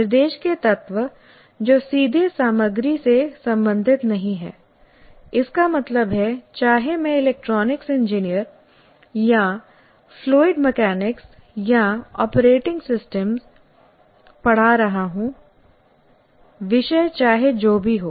निर्देश के तत्व जो सीधे सामग्री से संबंधित नहीं हैं इसका मतलब है चाहे मैं इलेक्ट्रिकल इंजीनियरिंग या फ्लूइड मैकेनिक्स या ऑपरेटिंग सिस्टम पढ़ा रहा हूं विषय चाहे जो भी हो